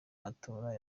matora